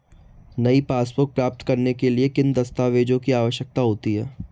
नई पासबुक प्राप्त करने के लिए किन दस्तावेज़ों की आवश्यकता होती है?